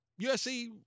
USC